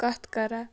کَتھ کَران